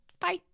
Bye